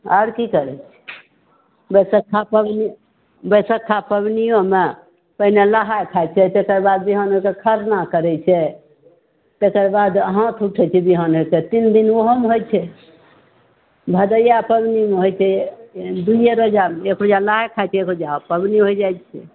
आओर की करै छै बैशखा पबनि बैशखा पबनियोमे पहिले नहाए खाए छै तेकर बाद बिहान होके खरना करै छै तेकर बाद हाथ उठै छै बिहान होके तीन दिन ओहोमे होइ छै भदैया पबनिमे होइ छै दुइए रोजा एक रोजा नहाए खाए छै एक रोजा पबनि होइ जाइ छै